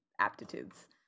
aptitudes